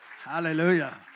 Hallelujah